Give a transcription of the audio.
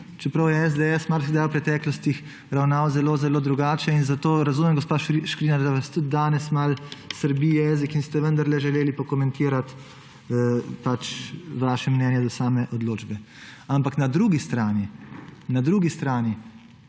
Čeprav je SDS marsikdaj v preteklosti ravnal zelo zelo drugače in zato razumem, gospa Škrinjar, da vas tudi danes malo srbi jezik in ste vendarle želeli pokomentirati vaše mnenje do same odločbe. Ampak na drugi strani, na drugi strani